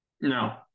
No